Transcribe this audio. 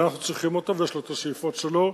אנחנו צריכים אותו ויש לו השאיפות שלו,